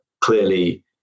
Clearly